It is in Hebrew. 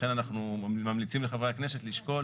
לכן אנחנו ממליצים לחברי הכנסת לשקול